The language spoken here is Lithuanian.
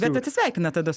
bet atsisveikinat tada s